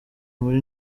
muri